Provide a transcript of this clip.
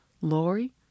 Lori